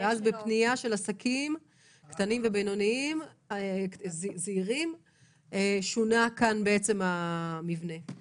ואז בפנייה של עסקים קטנים וזעירים שונה כאן המתווה.